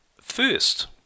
first